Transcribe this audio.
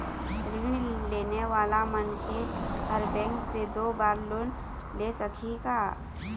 ऋण लेने वाला मनखे हर बैंक से दो बार लोन ले सकही का?